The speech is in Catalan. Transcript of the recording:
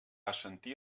assentir